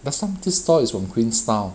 last time this store is from queenstown